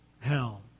hell